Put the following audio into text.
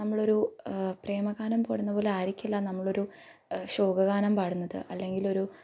നമ്മൾ ഒരു പ്രേമ ഗാനം പാടുന്നത് പോലെ ആയിരിക്കില്ല നമ്മൾ ഒരു ശോക ഗാനം പാടുന്നത് അല്ലെങ്കിൽ ഒരു